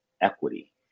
equity